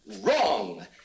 Wrong